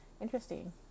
Interesting